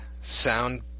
sound